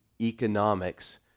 economics